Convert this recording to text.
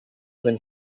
when